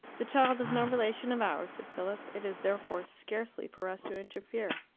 the child is no relation of ours, said philip. it is therefore scarcely for us to interfere.